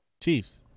Chiefs